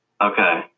Okay